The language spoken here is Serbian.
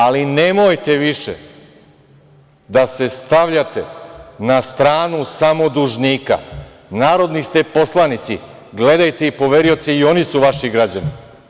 Ali, nemojte više da se stavljate na stranu samo dužnika, narodni ste poslanici, gledajte i poverioce, i oni su vaši građani.